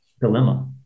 dilemma